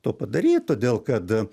to padaryti todėl kad